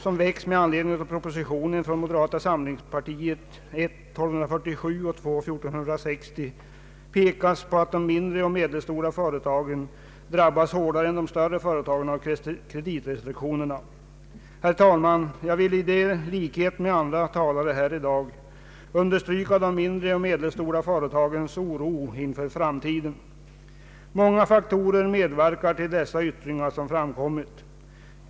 och II: 1460 — pekas på alt de mindre och medelstora företagen drabbas hårdare än de större företagen av kreditrestriktionerna. Herr talman! Jag vill i likhet med andra talare här i dag understryka de mindre och medelstora företagens oro inför framtiden. Många faktorer har medverkat till de yttringar som har förekommit.